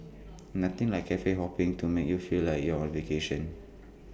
nothing like Cafe hopping to make you feel like you're on A vacation